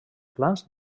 plans